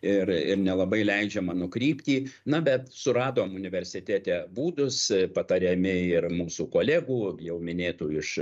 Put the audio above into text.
ir ir nelabai leidžiama nukrypti na bet suradom universitete būdus patariami ir mūsų kolegų jau minėtų iš